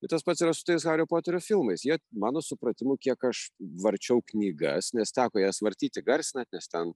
ir tas pats yra su tais hario poterio filmais jie mano supratimu kiek aš varčiau knygas nes teko jas vartyti garsinant nes ten